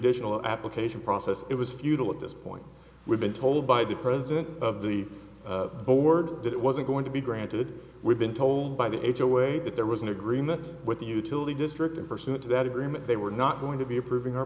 the application process it was futile at this point we've been told by the president of the board that it wasn't going to be granted we've been told by the h away that there was an agreement with the utility district pursuant to that agreement they were not going to be approving our